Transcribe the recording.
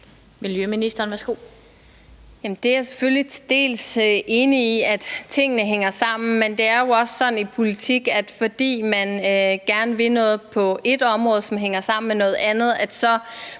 Miljøministeren (Lea Wermelin): Det er jeg selvfølgelig til dels enig i, altså at tingene hænger sammen. Men det er jo ikke sådan i politik, at fordi noget, man gerne vil på et område, hænger sammen med noget andet, så